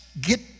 get